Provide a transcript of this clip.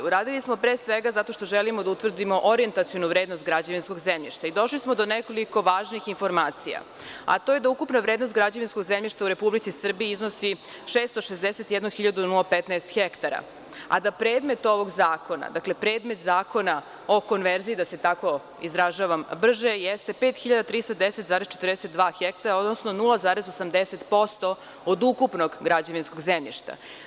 Uradili smo zato što želimo da utvrdimo orijentacionuvrednost građevinskog zemljišta i došli smo do nekoliko važnih informacija, a to je da ukupna vrednost građevinskog zemljišta u RS iznosi 661.015 hektara, a da predmet ovog zakona, predmet Zakona o konverziji, da se tako izražavam brže, jeste 531.042 hektara, odnosno 0,80% od ukupnog građevinskog zemljišta.